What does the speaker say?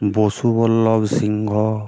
Basuballabh Singh